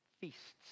feasts